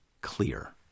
clear